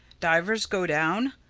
divers go down.